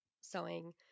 sewing